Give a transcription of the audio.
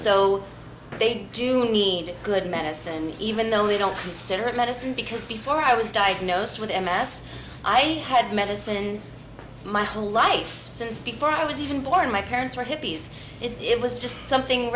so they do need good minutes and even though they don't consider it medicine because before i was diagnosed with m s i had medicine my whole life since before i was even born my parents were hippies it was just something